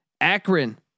Akron